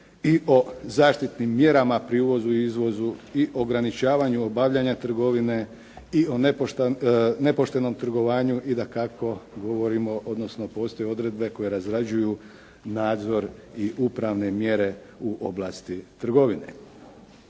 i o zaštitnim mjerama pri uvozu i izvozu i ograničavanju obavljanja trgovine i o nepoštenom trgovanju i dakako govorimo, odnosno postoje odredbe koje razrađuju nadzor i upravne mjere u oblasti trgovine.